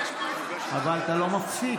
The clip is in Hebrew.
אבל אתה לא מפסיק,